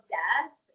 death